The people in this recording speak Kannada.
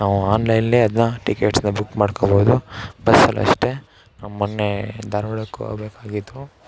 ನಾವು ಆನ್ಲೈನಲ್ಲಿ ಅದನ್ನ ಟಿಕೆಟ್ಸನ್ನ ಬುಕ್ ಮಾಡ್ಕೊಬೋದು ಬಸ್ಸಲ್ಲೂ ಅಷ್ಟೇ ನಾನು ಮೊನ್ನೆ ಧಾರ್ವಾಡಕ್ಕೆ ಹೋಗಬೇಕಾಗಿತ್ತು